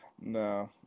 No